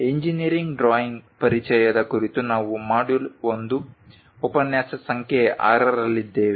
engineering drawing ಪರಿಚಯದ ಕುರಿತು ನಾವು ಮಾಡ್ಯೂಲ್ 1 ಉಪನ್ಯಾಸ ಸಂಖ್ಯೆ 6 ರಲ್ಲಿದ್ದೇವೆ